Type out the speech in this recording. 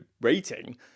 rating